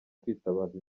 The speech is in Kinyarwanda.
kwitabaza